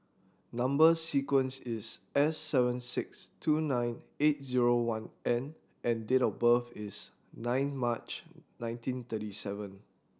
number sequence is S seven six two nine eight zero one N and date of birth is nine March nineteen thirty seven